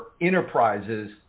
enterprises